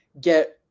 get